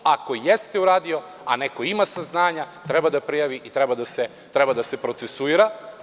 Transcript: Ako jeste uradio, a neko ima saznanja, treba da prijavi i treba da se procesuira.